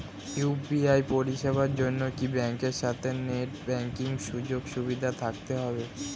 UPI পরিষেবার জন্য কি ব্যাংকের সাথে নেট ব্যাঙ্কিং সুযোগ সুবিধা থাকতে হবে?